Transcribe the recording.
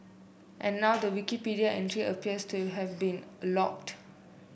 and now the Wikipedia entry appears to have been an locked